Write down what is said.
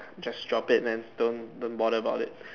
just drop it man don't don't bother about it